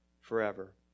forever